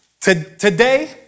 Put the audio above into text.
today